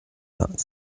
vingt